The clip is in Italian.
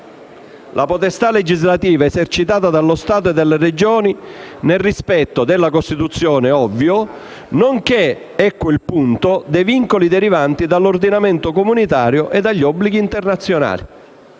«la potestà legislativa è esercitata dallo Stato e dalle Regioni nel rispetto della Costituzione,» come è ovvio, «nonché» ed ecco il punto «dei vincoli derivanti dall'ordinamento comunitario e dagli obblighi internazionali».